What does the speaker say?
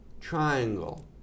triangle